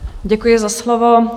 Děkuji za slovo.